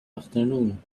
afternoon